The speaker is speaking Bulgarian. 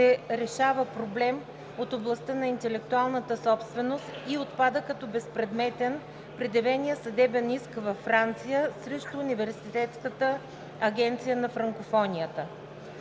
решава проблем от областта на интелектуалната собственост и отпада като безпредметен предявеният съдебен иск във Франция срещу Университетската агенция на франкофонията;